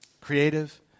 creative